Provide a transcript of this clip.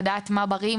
בשביל לדעת מה בריא,